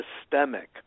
systemic